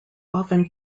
often